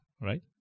right